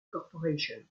corporation